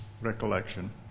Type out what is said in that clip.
recollection